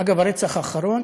אגב, הרצח האחרון